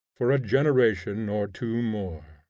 for a generation or two more.